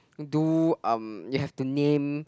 do um you have to name